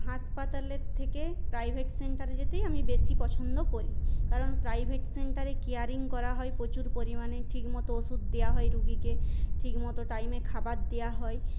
হাসপাতালের থেকে প্রাইভেট সেন্টারে যেতেই আমি বেশি পছন্দ করি কারণ প্রাইভেট সেন্টারে কেয়ারিং করা হয় প্রচুর পরিমানে ঠিকমতো ওষুধ দেওয়া হয় রুগীকে ঠিকমতো টাইমে খাবার দেওয়া হয়